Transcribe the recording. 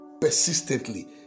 persistently